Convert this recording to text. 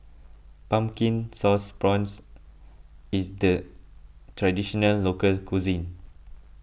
Pumpkin Sauce Prawns is the Traditional Local Cuisine